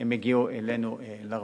הן הגיעו אלינו, לרווחה.